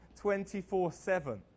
24-7